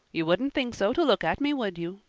you wouldn't think so to look at me, would you?